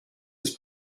his